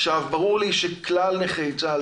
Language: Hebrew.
ברור לי שכלל נכי צה"ל